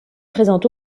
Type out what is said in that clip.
présente